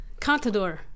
Contador